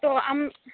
ᱛᱚ ᱟᱢ